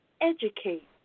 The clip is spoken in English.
educate